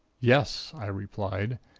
yes, i replied,